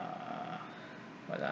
err what ah